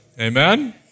Amen